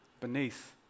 beneath